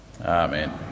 Amen